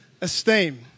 esteem